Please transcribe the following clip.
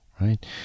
right